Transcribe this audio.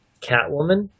Catwoman